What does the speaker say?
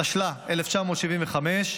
התשל"ה 1975,